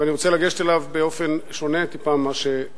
ואני רוצה לגשת אליו באופן שונה טיפה מאשר נהגו.